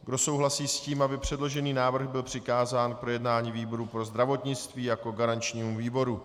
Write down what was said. Kdo souhlasí s tím, aby předložený návrh byl přikázán k projednání výboru pro zdravotnictví jako garančnímu výboru?